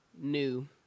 new